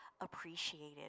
appreciated